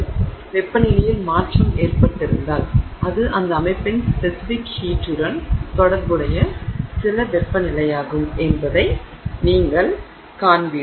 எனவே வெப்பநிலையில் மாற்றம் ஏற்பட்டிருந்தால் அது அந்த அமைப்பின் ஸ்பெசிபிக் ஹீட்டுடன் தொடர்புடைய சில வெப்பநிலையாகும் என்பதை நீங்கள் காண்பீர்கள்